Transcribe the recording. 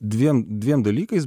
dviem dviem dalykais